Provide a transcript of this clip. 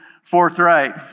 forthright